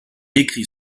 écrit